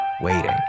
waiting